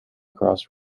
across